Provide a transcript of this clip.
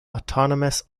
autonomous